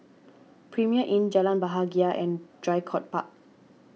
Premier Inn Jalan Bahagia and Draycott Park